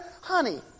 Honey